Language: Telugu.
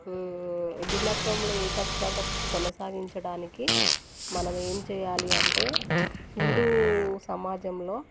భిన్నత్వంలో ఏకత్వం కొనసాగించడానికి మనం ఏమి చేయాలి అంటే హిందు సమాజంలో